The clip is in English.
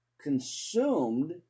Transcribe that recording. consumed